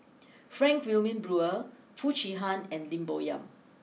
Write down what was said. Frank Wilmin Brewer Foo Chee Han and Lim Bo Yam